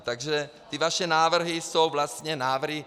Takže ty vaše návrhy jsou vlastně návrhy...